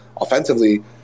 offensively